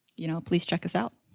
you know, please check us out.